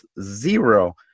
zero